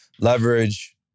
leverage